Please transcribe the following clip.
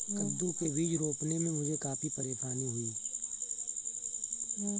कद्दू के बीज रोपने में मुझे काफी परेशानी हुई